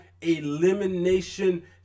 elimination